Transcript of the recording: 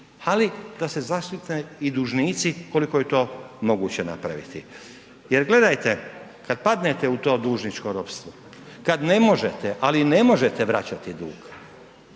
ali da se zaštite i dužnici koliko je to moguće napraviti. Jer gledajte, kada padnete u to dužničko ropstvo, kada ne možete, ali ne možete vraćati dug